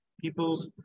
people